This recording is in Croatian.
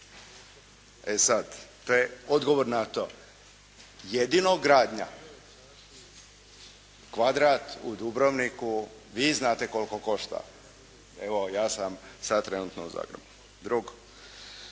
E sad to je odgovor na to. Jedino gradnja, kvadrat u Dubrovniku vi znate koliko košta. Evo ja sam sad trenutno u Zagrebu.